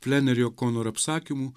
flenery okonor apsakymų